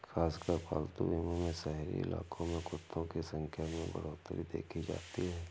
खासकर पालतू बीमा में शहरी इलाकों में कुत्तों की संख्या में बढ़ोत्तरी देखी जाती है